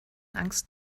angst